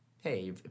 hey